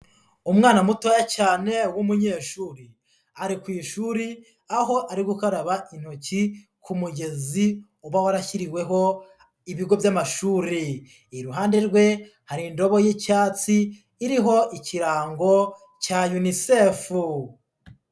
Umwana mutoya cyane w'umunyeshuri ari ku ishuri aho ari gukaraba intoki ku mugezi uba warashyiriweho ibigo by'amashuri, iruhande rwe hari indobo y'icyatsi iriho ikirango cya Unicef.